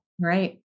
right